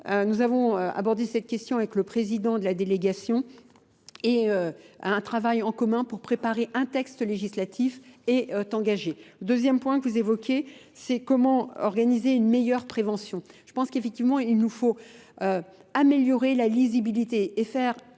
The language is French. Nous avons abordé cette question avec le président de la délégation et à un travail en commun pour préparer un texte législatif et t'engager. Le deuxième point que vous évoquez c'est comment organiser une meilleure prévention. Je pense qu'effectivement il nous faut améliorer la lisibilité et faire